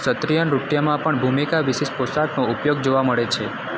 ક્ષત્રિય નૃત્યમાં પણ ભૂમિકા વિશિષ્ટ પોશાકનો ઉપયોગ જોવા મળે છે